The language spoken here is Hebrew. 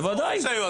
בוודאי.